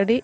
ᱟᱹᱰᱤ